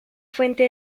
fuente